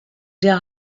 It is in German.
der